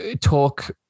talk